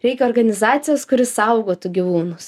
reikia organizacijos kuri saugotų gyvūnus